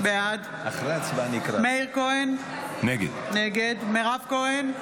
בעד מאיר כהן, נגד מירב כהן,